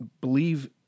believe